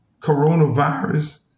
coronavirus